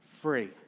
free